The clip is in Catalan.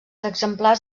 exemplars